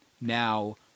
Now